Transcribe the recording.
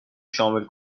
شامل